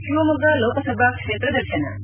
ಶಿವಮೊಗ್ಗ ಲೋಕಸಭಾ ಕ್ಷೇತ್ರ ದರ್ಶನ